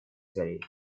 целей